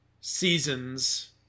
seasons